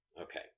Okay